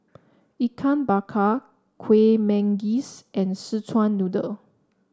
Ikan Bakar Kueh Manggis and Szechuan Noodle